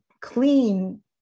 clean